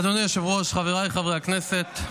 אדוני היושב-ראש, חבריי חברי הכנסת,